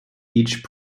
each